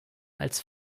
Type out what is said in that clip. als